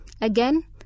Again